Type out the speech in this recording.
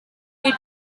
due